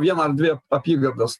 vieną ar dvi apygardas